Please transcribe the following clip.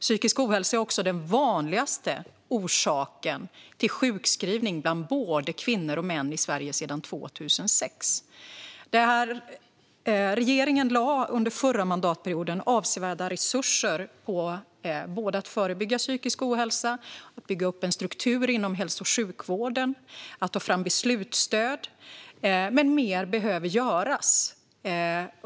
Psykisk ohälsa är också den vanligaste orsaken till sjukskrivning bland både kvinnor och män i Sverige sedan 2006. Regeringen lade under den förra mandatperioden avsevärda resurser både på att förebygga psykisk ohälsa och på att bygga upp en struktur i hälso och sjukvården och ta fram beslutsstöd, men mer behöver göras.